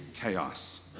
chaos